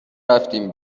رفتیم